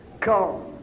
come